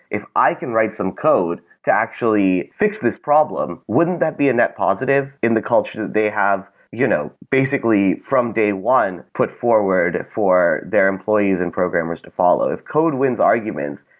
if i can write some code to actually fix this problem, wouldn't that be a net positive in the culture that they have, you know basically, from day one, put forward for their employees and programmers to follow? if code wins arguments,